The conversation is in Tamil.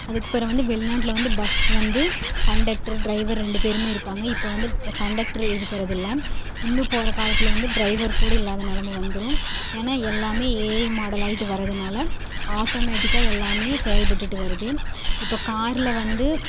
அதுக்கப்புறம் வந்து வெளிநாட்டில வந்து பஸ் வந்து கண்டெக்ட்ரு ட்ரைவர் ரெண்டு பேருமே இருப்பாங்கள் இப்போ வந்து கண்டெக்ட்ரு இருக்கிறதில்ல இன்னும் போகிற காலத்தில் வந்து ட்ரைவர் கூட இல்லாத நிலம வந்துடும் ஏன்னா எல்லாமே ஏஐ மாடல் ஆயிட்டு வரதனால ஆட்டோமேட்டிக்காக எல்லாமே செயல்பட்டுட்டு வருது இப்போ கார்ல வந்து